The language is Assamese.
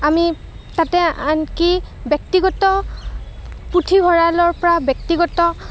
আমি তাতে আনকি ব্যক্তিগত পুথিভঁৰালৰপৰা ব্যক্তিগত